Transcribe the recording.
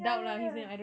ya ya ya